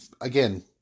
again